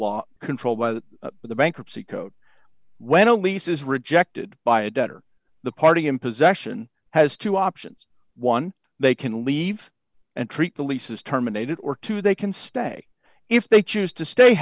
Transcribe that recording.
law controlled by the with a bankruptcy code when a lease is rejected by a debtor the party in possession has two options one they can leave and treat the leases terminated or two they can stay if they choose to stay